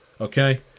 Okay